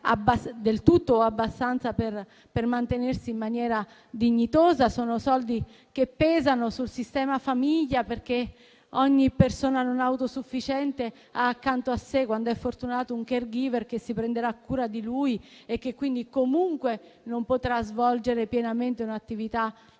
del tutto o abbastanza per mantenersi in maniera dignitosa; sono soldi che pesano sul sistema famiglia, perché ogni persona non autosufficiente ha accanto a sé (quando è fortunato) un *caregiver* che si prenderà cura di lui e che quindi comunque non potrà svolgere pienamente un'attività lavorativa.